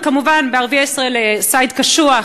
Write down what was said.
וכמובן בערביי ישראל: סייד קשוע,